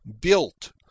built